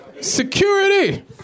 Security